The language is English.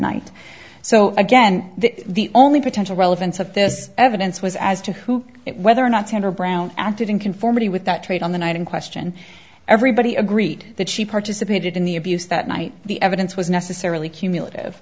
night so again the only potential relevance of this evidence was as to who it whether or not tender brown acted in conformity with that trait on the night in question everybody agreed that she participated in the abuse that night the evidence was necessarily cumulative